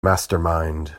mastermind